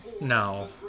No